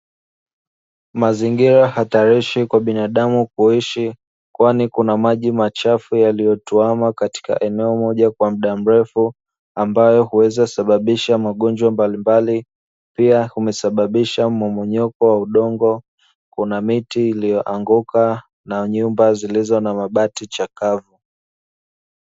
Mazingira hatarishi kwa binadamu kuishi, kwani kuna maji machafu yaliyotuama katika eneo moja kwa mda mrefu; ambayo huweza kusababisha magonjwa mbalimbali, pia umesababisha mmomonyoko wa udongo, kuna miti iliyoanguka na nyumba zilizo na mabati chakavu.